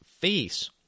face